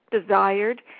desired